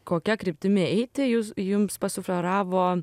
kokia kryptimi eiti jūs jums pasufleravo